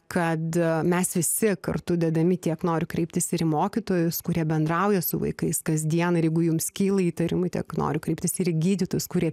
kad a mes visi kartu dedami tiek noriu kreiptis ir į mokytojus kurie bendrauja su vaikais kasdien ir jeigu jums kyla įtarimai tai jeigu noriu kreiptis ir į gydytojus kurie